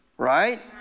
Right